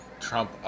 Trump